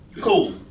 cool